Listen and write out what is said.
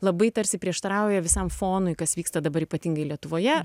labai tarsi prieštarauja visam fonui kas vyksta dabar ypatingai lietuvoje